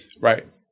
Right